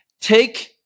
take